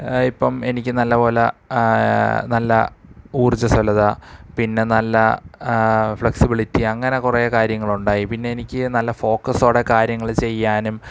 ഇപ്പോള് എനിക്ക് നല്ല പോലെ നല്ല ഊർജ്ജസ്വലത പിന്നെ നല്ല ഫ്ലെക്സിബിലിറ്റി അങ്ങനെ കുറേ കാര്യങ്ങളുണ്ടായി പിന്നെ എനിക്ക് നല്ല ഫോക്കസോടെ കാര്യങ്ങള് ചെയ്യാനും